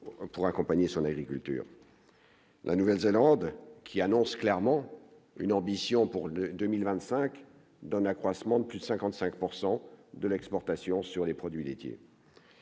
pour accompagner son agriculture la Nouvelle-Zélande qui annonce clairement une ambition pour le 2025 d'un accroissement de plus de 55 pourcent de l'exportation sur les produits laitiers.